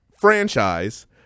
franchise